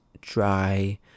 dry